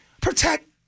protect